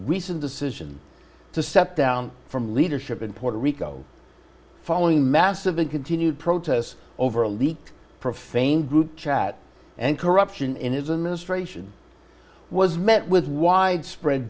recent decision to step down from leadership in puerto rico following massive and continued protests over a leaked profane group chat and corruption in his an ministration was met with widespread